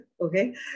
Okay